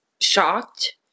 shocked